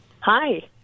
hi